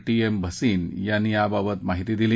T M Bhasin यांनी याबाबत माहिती दिली